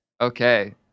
Okay